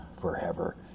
forever